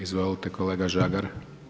Izvolite kolega Žagar.